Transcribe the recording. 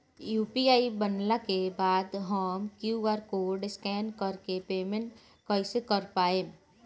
UPI बनला के बाद हम क्यू.आर कोड स्कैन कर के पेमेंट कइसे कर पाएम?